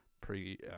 pre